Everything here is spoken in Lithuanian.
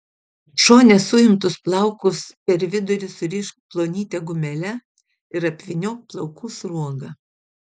šone suimtus plaukus per vidurį surišk plonyte gumele ir apvyniok plaukų sruoga